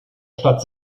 stadt